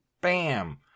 bam